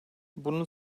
bunun